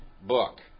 book